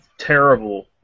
terrible